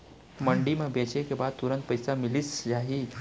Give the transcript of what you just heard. मंडी म बेचे के बाद तुरंत पइसा मिलिस जाही?